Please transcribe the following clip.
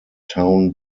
town